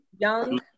Young